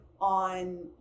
on